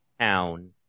Town